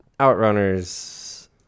Outrunners